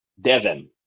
devon